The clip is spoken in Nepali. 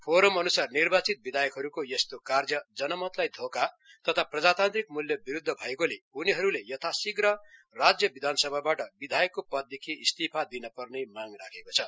फोरम अन्सार निर्वाचित विधायकहरूको यस्तो कार्य जनमतलाई धोका तथा प्रजातान्त्रिक म्ल्य विरूद्ध भएकोले उनीहरूले यथाशीध्र राज्य विधानसभाबाट विधायकको पददेखि इस्तीफा दिन् पर्ने माँग रहेको छ